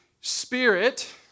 spirit